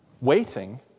waiting